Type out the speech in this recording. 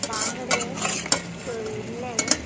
बांगडे तळिल्लें